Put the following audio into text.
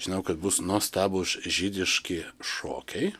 žinau kad bus nuostabūs žydiški šokiai